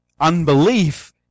unbelief